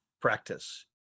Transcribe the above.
practice